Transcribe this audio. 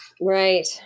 Right